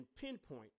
pinpoint